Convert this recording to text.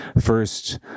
first